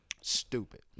stupid